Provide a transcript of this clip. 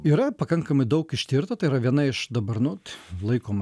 yra pakankamai daug ištirta tai yra viena iš dabar nut laikoma